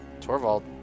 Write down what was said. Torvald